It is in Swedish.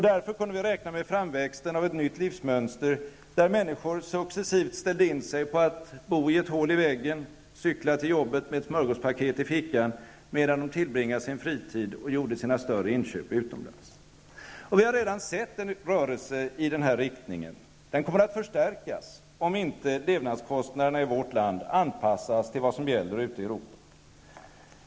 Därför kunde vi räkna med framväxten av ett nytt livsmönster, där människor successivt ställde in sig på att bo i ett hål i väggen och att cykla till jobbet med ett smörgåspaket i fickan, medan de tillbringade sin fritid och gjorde sina större inköp utomlands. Vi har redan sett en rörelse i den här riktningen, och den kommer att förstärkas om levnadskostnaderna i vårt land inte anpassas till vad som gäller ute i Europa.